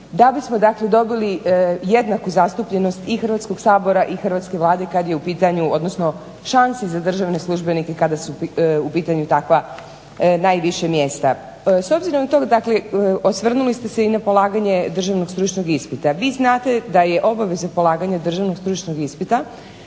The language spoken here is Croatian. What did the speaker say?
da bismo dobili jednaku zastupljenost i Hrvatskog sabora i hrvatske Vlade kada je pitanju odnosno šanse za državne službenike kada su pitanju takva najviša mjesta. S obzirom na to dakle osvrnuli ste se i na polaganje državnog stručnog ispita. Vi znate da je obaveza polaganje državnog stručnog ispita